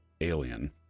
alien